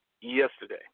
yesterday